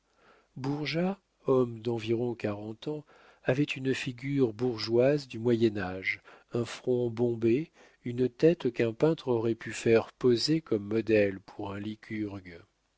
homme d'environ quarante ans avait une figure bourgeoise du moyen-age un front bombé une tête qu'un peintre aurait pu faire poser comme modèle pour un lycurgue